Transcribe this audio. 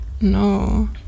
No